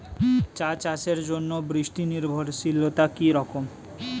চা চাষের জন্য বৃষ্টি নির্ভরশীলতা কী রকম?